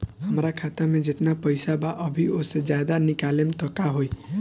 हमरा खाता मे जेतना पईसा बा अभीओसे ज्यादा निकालेम त का होई?